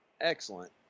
excellent